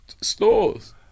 stores